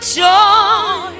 joy